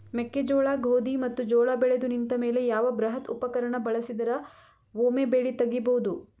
ಮೆಕ್ಕೆಜೋಳ, ಗೋಧಿ ಮತ್ತು ಜೋಳ ಬೆಳೆದು ನಿಂತ ಮೇಲೆ ಯಾವ ಬೃಹತ್ ಉಪಕರಣ ಬಳಸಿದರ ವೊಮೆ ಬೆಳಿ ತಗಿಬಹುದು?